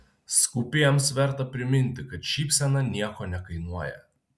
skūpiems verta priminti kad šypsena nieko nekainuoja